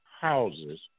houses